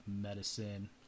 medicine